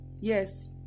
Yes